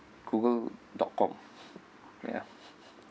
google dot com ya